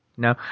No